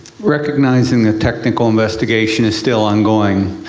recognizing the technical investigation is still ongoing,